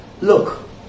Look